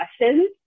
questions